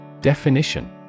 Definition